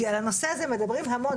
כי על הנושא הזה מדברים המון.